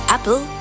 Apple